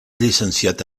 llicenciat